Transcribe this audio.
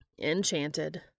Enchanted